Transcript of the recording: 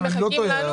הם מחכים לנו.